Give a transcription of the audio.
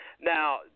Now